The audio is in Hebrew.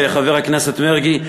חבר הכנסת מרגי,